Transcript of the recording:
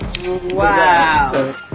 Wow